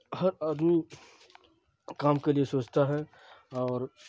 آدمی کام کے لیے سوچتا ہے اور